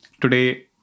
today